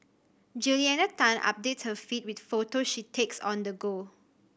Juliana Tan updates her feed with photo she takes on the go